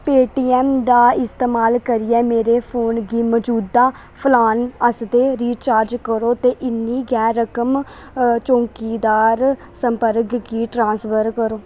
पेऽटीएम्म दा इस्तमाल करियै मेरे फोन गी मजूदा प्लान आस्तै रिचार्ज करो ते इन्नी गै रकम चौंकीदार संपर्क गी ट्रांसफर करो